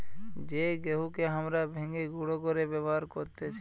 যেই গেহুকে হামরা ভেঙে গুঁড়ো করে ব্যবহার করতেছি